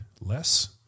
less